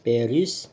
Paris